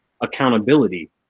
accountability